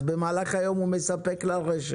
אז במהלך היום הוא מספק לרשת.